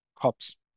cops